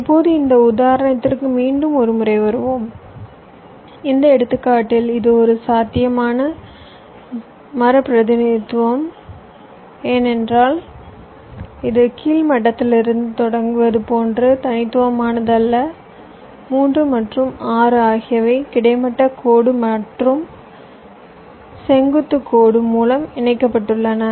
இப்போது இந்த உதாரணத்திற்கு மீண்டும் ஒரு முறை வருவோம் இந்த எடுத்துக்காட்டில் இது ஒரு சாத்தியமான மர பிரதிநிதித்துவம் ஏனெனில் இது கீழ் மட்டத்திலிருந்து தொடங்குவது போன்ற தனித்துவமானது அல்ல 3 மற்றும் 6 ஆகியவை கிடைமட்ட கோடு மற்றும் செங்குத்து கோடு மூலம் இணைக்கப்பட்டுள்ளன